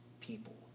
people